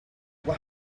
what